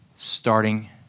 starting